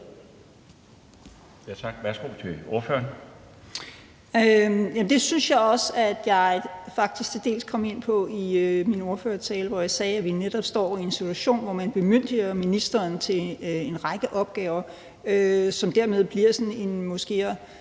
Det synes jeg også jeg faktisk til dels kom ind på i min ordførertale, hvor jeg sagde, at vi netop står i en situation, hvor man bemyndiger ministeren til en række opgaver, som dermed bliver sådan en måske'er.